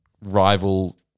rival